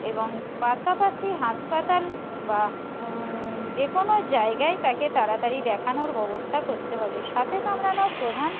এবং পাশাপাশি হাসপাতাল বা যে কোনো জায়গায় তাকে তাড়াতাড়ি দেখানোর ব্যবস্থা করতে হবে সাপে কামড়ানোর প্রধান